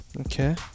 Okay